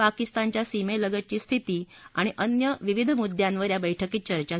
पाकिस्तानच्या सीमेलगतची स्थिती आणि अन्य विविध मुद्यांवर या बैठकीत चर्चा झाली